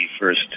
first